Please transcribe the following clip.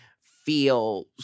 feel